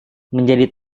menjadi